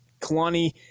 Kalani